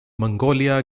mongolia